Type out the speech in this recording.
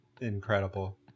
incredible